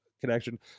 connection